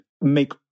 make